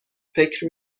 فکر